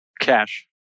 Cash